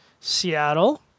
Seattle